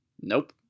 nope